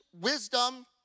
wisdom